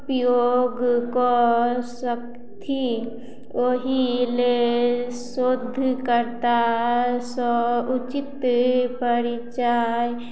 उपयोग कऽ सकथि ओहि लेल शोधकर्तासँ उचित परिचय